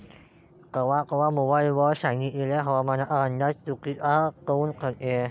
कवा कवा मोबाईल वर सांगितलेला हवामानाचा अंदाज चुकीचा काऊन ठरते?